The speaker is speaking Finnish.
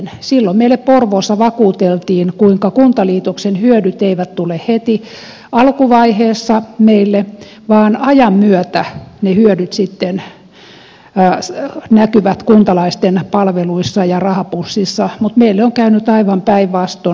silloin meille porvoossa vakuuteltiin kuinka kuntaliitoksen hyödyt eivät tule heti alkuvaiheessa meille vaan ajan myötä ne hyödyt sitten näkyvät kuntalaisten palveluissa ja rahapussissa mutta meille on käynyt aivan päinvastoin